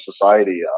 society